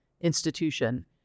institution